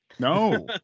No